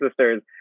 sisters